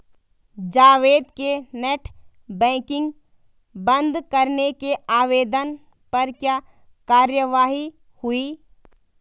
जावेद के net banking बंद करने के आवेदन पर क्या कार्यवाही हुई?